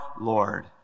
Lord